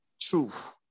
truth